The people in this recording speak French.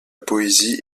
poésie